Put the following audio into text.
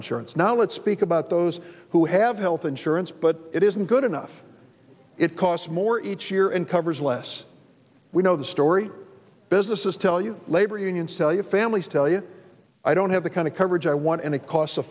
let's speak about those who have health insurance but it isn't good enough it costs more each year and covers less we know the story businesses tell you labor unions tell you families tell you i don't have the kind of coverage i want and it costs a